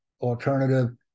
alternative